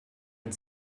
and